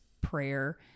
prayer